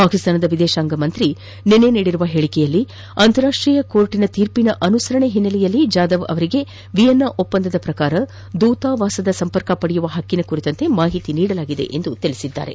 ಪಾಕಿಸ್ತಾನದ ವಿದೇಶಾಂಗ ಸಚಿವರು ನಿನ್ನೆ ನೀಡಿರುವ ಹೇಳಿಕೆಯಲ್ಲಿ ಅಂತಾರಾಷ್ಟೀಯ ನ್ಯಾಯಾಲಯದ ತೀರ್ಪಿನ ಅನುಸರಣೆಯ ಹಿನ್ನೆಲೆಯಲ್ಲಿ ಜಾಧವ್ ಅವರಿಗೆ ವಿಯೆನ್ನಾ ಒಪ್ಪಂದದ ರೀತ್ಯಾ ದೂತವಾಸದ ಸಂಪರ್ಕ ಪಡೆಯುವ ಹಕ್ಕಿನ ಕುರಿತಂತೆ ಮಾಹಿತಿ ನೀಡಲಾಗಿದೆ ಎಂದು ತಿಳಿಸಿದ್ದಾರೆ